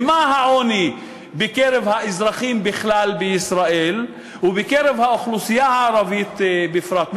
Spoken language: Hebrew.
ממה נובע העוני בקרב האזרחים בישראל בכלל ובקרב האוכלוסייה הערבית בפרט?